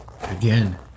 Again